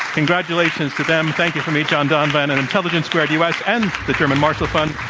congratulations to them. thank you from me, john donvan, and intelligence squared u. s, and german marshall fund.